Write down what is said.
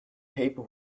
paper